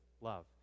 love